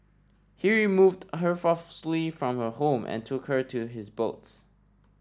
he removed her forcefully from her home and took her to his boats